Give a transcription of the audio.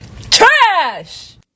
Trash